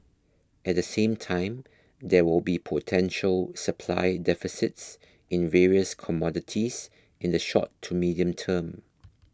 at the same time there will be potential supply deficits in various commodities in the short to medium term